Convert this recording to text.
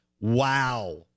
wow